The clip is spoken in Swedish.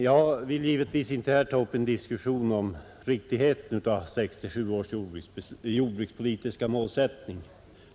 Jag vill givetvis inte här ta upp en diskussion om riktigheten av 1967 års jordbrukspolitiska målsättning.